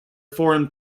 foreign